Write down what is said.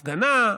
הפגנה,